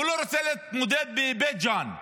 הוא לא רוצה להתמודד בבית ג'ן.